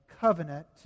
covenant